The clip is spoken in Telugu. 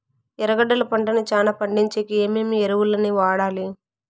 ఎర్రగడ్డలు పంటను చానా పండించేకి ఏమేమి ఎరువులని వాడాలి?